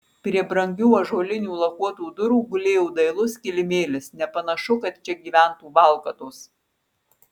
prie brangių ąžuolinių lakuotų durų gulėjo dailus kilimėlis nepanašu kad čia gyventų valkatos